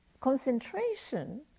concentration